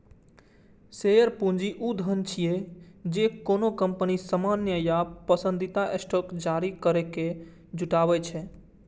share पूंजी ऊ धन छियै, जे कोनो कंपनी सामान्य या पसंदीदा स्टॉक जारी करैके जुटबै छै